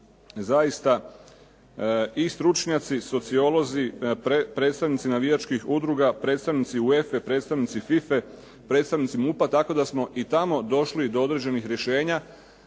zaista i stručnjaci, sociolozi, predstavnici navijačkih udruga, predstavnici UEFE, predstavnici FIFE predstavnici MUP tako da smo i tamo došli do određenih rješenja